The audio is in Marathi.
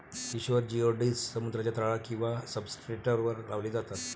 किशोर जिओड्स समुद्राच्या तळावर किंवा सब्सट्रेटवर लावले जातात